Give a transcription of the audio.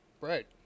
Right